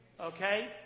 Okay